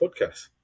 podcast